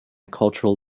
cultural